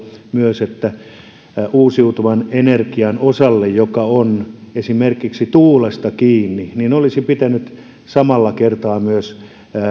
myös uusiutuvan energian osalle joka on esimerkiksi tuulesta kiinni olisi pitänyt samalla kertaa myös